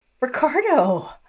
Ricardo